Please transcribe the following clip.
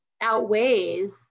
outweighs